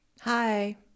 Hi